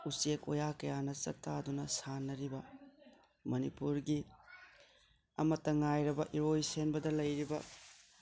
ꯎꯆꯦꯛ ꯋꯥꯌꯥ ꯀꯌꯥꯅ ꯆꯥꯛꯇꯥꯗꯨꯅ ꯁꯥꯟꯅꯔꯤꯕ ꯃꯅꯤꯄꯨꯔꯒꯤ ꯑꯃꯇꯪ ꯉꯥꯏꯔꯕ ꯏꯔꯣꯏ ꯁꯦꯝꯕꯗ ꯂꯩꯔꯤꯕ